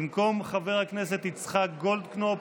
במקום חבר הכנסת יצחק גולדקנופ,